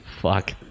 Fuck